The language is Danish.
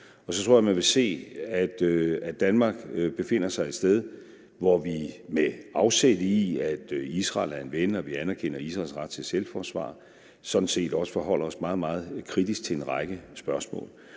Så tror jeg, man vil se, at Danmark befinder sig et sted, hvor vi med afsæt i, at Israel er en ven og vi anerkender Israels ret til selvforsvar, sådan set også forholder os meget, meget kritisk til en række spørgsmål